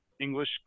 english